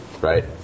right